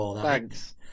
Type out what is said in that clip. thanks